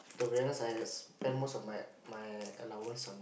to be honest I spend most of my my allowance on